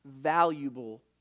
valuable